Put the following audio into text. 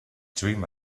dream